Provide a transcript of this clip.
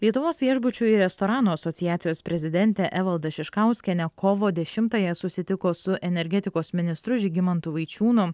lietuvos viešbučių ir restoranų asociacijos prezidentė evalda šiškauskienė kovo dešimtąją susitiko su energetikos ministru žygimantu vaičiūnu